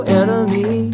enemy